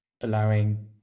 allowing